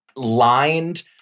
lined